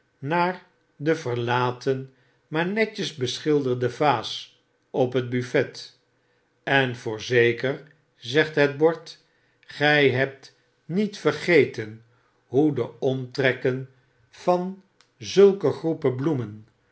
naar de verlaten maar netjes beschilderde vaas op het buffet en voorzeker zegt het bord gy hebt niet vergeten hoe de omtrekken van zulke groepen bloemen